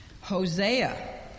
Hosea